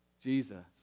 Jesus